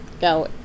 go